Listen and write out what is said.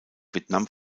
vietnam